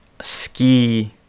ski